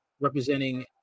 representing